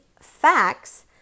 facts